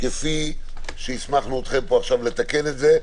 כפי שהסמכנו אתכם פה עכשיו, לתקן את זה.